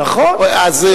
נכון.